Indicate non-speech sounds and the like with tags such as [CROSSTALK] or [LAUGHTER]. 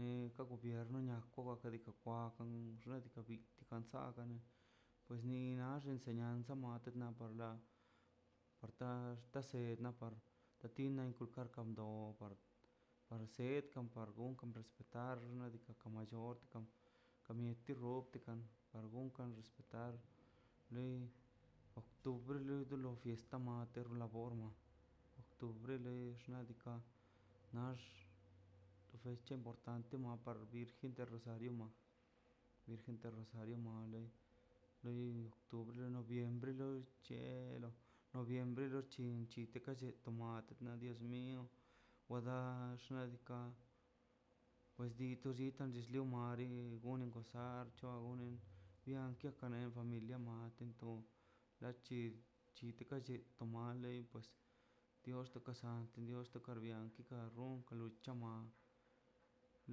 ne ka gobierno na kwabiko kabi ko kwa xna' diika cansad pues ni nax kwa bite xnakana doliab porxta tasen par la tina kulkar par do par par sedkan par gungan por respetar xna' diika' kon mayor kam ka mieti robtikan kargukan respetar loi octubre loi do lo fiesta mate la borma octubre leix xna' diika' nax to fecha importante par ka virgen rosario ma virgen de rosario ma lei loi tu [UNINTELLIGIBLE] du noviembre do chelo noviembre lochichin itekachi to ma na diez mil wadax nadika pues dutu ditan waxlion gunin pasar to gunin bian kian familia maaten tun la chi chirala chitomo ma lei pues dios to kasatle tos ka karbian to run kamia kachan